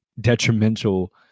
detrimental